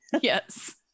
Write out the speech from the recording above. yes